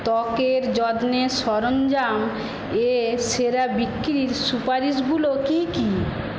ত্বকের যত্নের সরঞ্জামে সেরা বিক্রির সুপারিশগুলো কী কী